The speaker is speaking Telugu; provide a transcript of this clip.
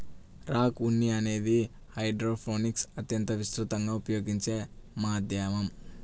రాక్ ఉన్ని అనేది హైడ్రోపోనిక్స్లో అత్యంత విస్తృతంగా ఉపయోగించే మాధ్యమం